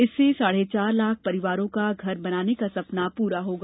इससे साढ़े चार लाख परिवारों का घर बनाने का सपना पूरा होगा